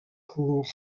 cour